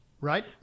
Right